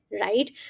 right